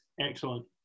Excellent